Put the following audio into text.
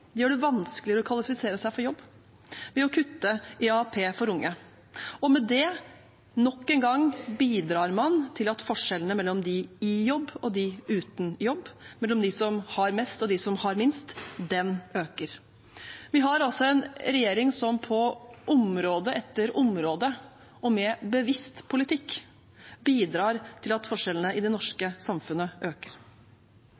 den gjør det vanskeligere å kvalifisere seg for jobb ved å kutte i AAP for unge. Med det bidrar man nok en gang til at forskjellene mellom dem i jobb og dem uten jobb, mellom dem som har mest, og dem som har minst, øker. Vi har altså en regjering som på område etter område og med bevisst politikk bidrar til at forskjellene i det norske